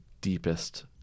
deepest